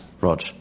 Rog